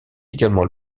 également